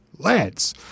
Lads